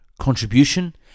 contribution